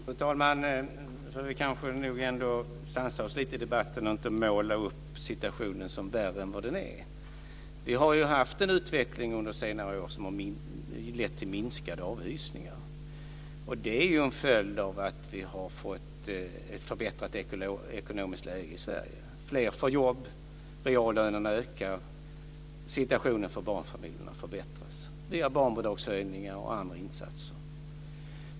Fru talman! Nu ska vi nog ändå sansa oss lite i debatten och inte måla upp situationen som värre än vad den är. Vi har ju haft en utveckling under senare år som har lett till att antalet avhysningar minskat. Det är en följd av att vi har fått ett förbättrat ekonomiskt läge i Sverige. Fler får jobb, reallönerna ökar och situationen för barnfamiljerna förbättras via barnbidragshöjningar och andra insatser.